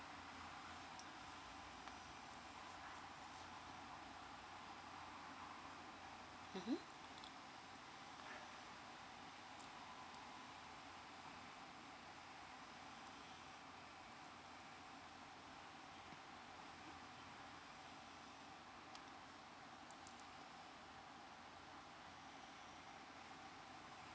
mmhmm